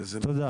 תודה.